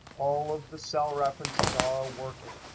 all of the cell references are working.